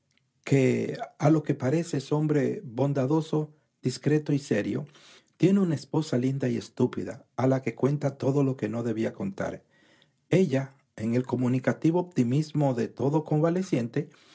que a lo que parece es hombre bondadoso discreto y serio tiene una esposa linda y estúpida a la que cuenta todo lo que no debía contar ella en el comunicativo optimismo de todo convaleciente